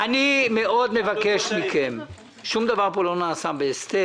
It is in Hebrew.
אני מבקש מכם מאוד, שום דבר פה לא נעשה בהסתר.